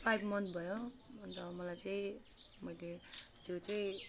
five month भयो अन्त मलाई चाहिँ मैले त्यो चाहिँ